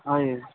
ହଏ